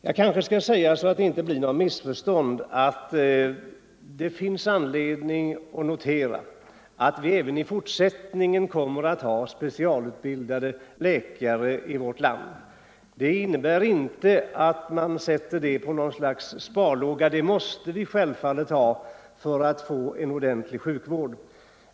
Det skall kanske sägas, så att det inte uppstår något missförstånd, att vi även i fortsättningen kommer att ha specialutbildade läkare i vårt land. De nu gällande bestämmelserna innebär inte att man sätter specialisterna på någon sorts sparlåga; vi måste självfallet ha specialister för att få en ordentlig sjukvård.